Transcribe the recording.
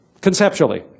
Conceptually